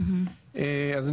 אז,